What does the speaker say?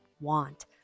want